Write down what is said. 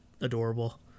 adorable